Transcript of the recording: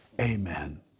Amen